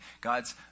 God's